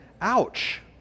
ouch